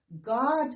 God